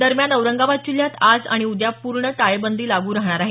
दरम्यान औरंगाबाद जिल्ह्यात आज आणि उद्या पूर्ण टाळेबंदी लागू राहणार आहे